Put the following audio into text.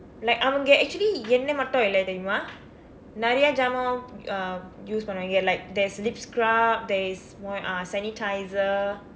like அவங்க:avangka actually எண்ணெய் மட்டும் இல்லை தெரியுமா நிறைய ஜாமாவும்:ennay matdum illai theriyumaa niraiya jaamaavum uh use பண்ணுவாங்க:pannuvaangka like there's lip scrub there's what ah sanitiser